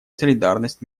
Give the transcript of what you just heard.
солидарность